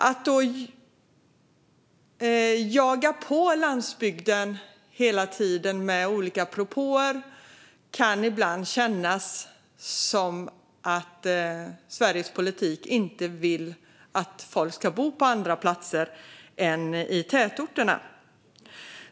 Att hela tiden jaga på landsbygden med olika propåer kan ibland kännas som att man i Sveriges politik inte vill att folk ska bo på andra platser än i tätorterna.